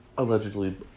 allegedly